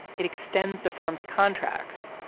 it extends the firm's contracts.